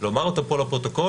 לומר אותם פה לפרוטוקול.